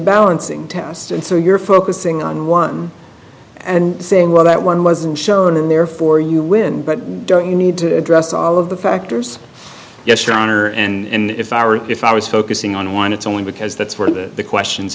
balancing test and so you're focusing on one and saying well that one wasn't shown and therefore you win but you need to address all of the factors yes your honor and if i were if i was focusing on one it's only because that's where the questions